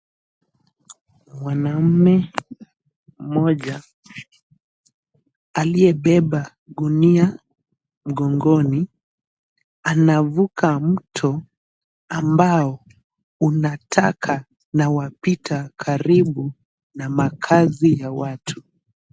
Mwanaume mmoja aliyebeba gunia mgongoni anavuka mto ambao una taka na wapita karibu na makazi ya watu.